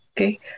Okay